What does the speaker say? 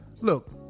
Look